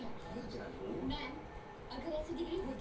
का मंडी में इहो होला की फसल के खरीदे के पहिले ही कुछ भुगतान मिले?